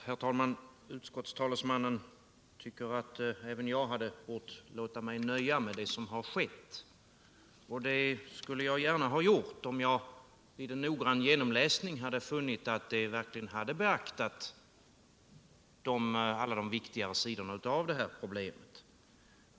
Herr talman! Utskottstalesmannen tycker att även jag borde ha låtit mig nöja med det som har skett. Det skulle jag gärna ha gjort om jag vid en noggrann genomläsning av utskottsbetänkandet hade funnit att det verkligen beaktat alla viktiga sidor av detta problem.